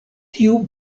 tiu